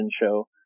show